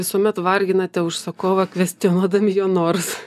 visuomet varginate užsakovą kvestionuodami jo norus